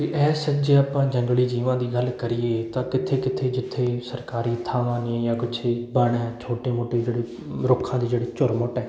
ਅਤੇ ਇਹ ਸੱਚੇ ਆਪਾਂ ਜੰਗਲੀ ਜੀਵਾਂ ਦੀ ਗੱਲ ਕਰੀਏ ਤਾਂ ਕਿੱਥੇ ਕਿੱਥੇ ਜਿੱਥੇ ਸਰਕਾਰੀ ਥਾਵਾਂ ਨੇ ਜਾਂ ਕੁਛ ਵਣ ਹੈ ਛੋਟੇ ਮੋਟੇ ਜਿਹੜੇ ਰੁੱਖਾਂ ਦੀ ਜਿਹੜੇ ਝੁਰਮੁਟ ਹੈ